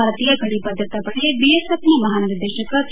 ಭಾರತೀಯ ಗಡಿ ಭದ್ರತಾ ಪಡೆ ಬಿಎಸ್ಎಫ್ ಮಹಾ ನಿರ್ದೇಶಕ ಕೆ